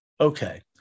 Okay